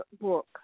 book